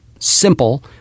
simple